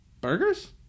Burgers